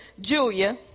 Julia